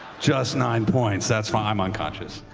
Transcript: just nine points, that's fi i'm unconscious.